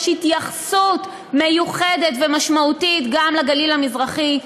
יש התייחסות מיוחדת ומשמעותית גם לגליל המזרחי,